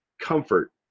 Comfort